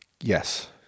yes